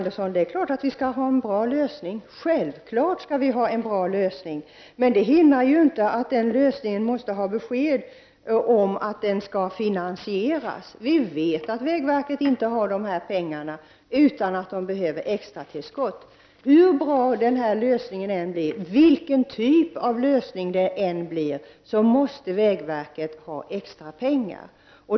Fru talman! Självfallet skall vi ha en bra lösning, Georg Andersson! Men för den skull måste det komma ett besked från regeringen. Vi vet att vägverket inte har de pengar som behövs. Det behövs ett extra tillskott. Men hur bra lösningen än blir och vilken typ av lösning vi än får, måste vägverket ändå ha extrapengar.